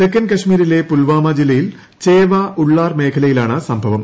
തെക്കൻ കശ്മീരിലെ ഷൂൽവാമ ജില്ലയിൽ ചേവ ഉളളാർ മേഖലയിലാണ് സംഭവം